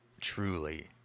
truly